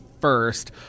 first